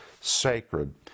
sacred